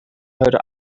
heute